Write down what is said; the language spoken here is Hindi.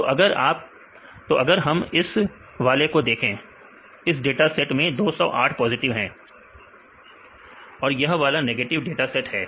तो अगर हम इस वाले को देखे हैं इस डाटा सेट में 208 पॉजिटिव है और यह वाला नेगेटिव डाटा सेट है